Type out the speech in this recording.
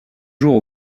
jours